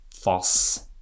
false